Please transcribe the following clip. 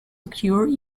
occur